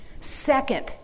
Second